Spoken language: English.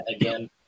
again